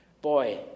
boy